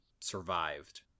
survived